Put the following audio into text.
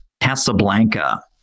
casablanca